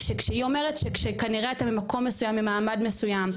כשהיא אומרת שכנראה ממקום מסוים וממעמד מסוים,